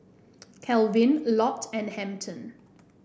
Calvin Lott and Hampton